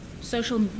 social